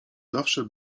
zawsze